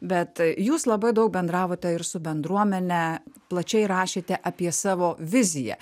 bet jūs labai daug bendravote ir su bendruomene plačiai rašėte apie savo viziją